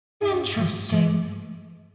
Interesting